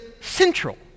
central